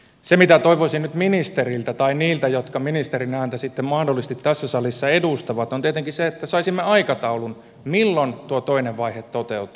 se mitä toivoisin nyt ministeriltä tai niiltä jotka ministerin ääntä sitten mahdollisesti tässä salissa edustavat on tietenkin se että saisimme aikataulun milloin tuo toinen vaihe toteutuu